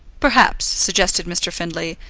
perhaps, suggested mr. findlay,